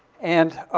and, ah,